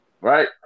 right